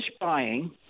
buying